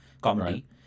comedy